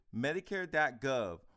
medicare.gov